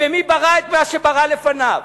ומי ברא את מה שהיה לפניו?